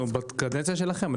בקדנציה שלכם.